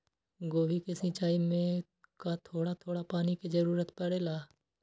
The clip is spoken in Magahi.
गोभी के सिचाई में का थोड़ा थोड़ा पानी के जरूरत परे ला?